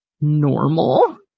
normal